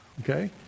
okay